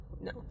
No